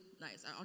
nice